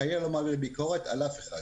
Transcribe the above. תודה.